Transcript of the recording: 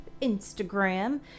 Instagram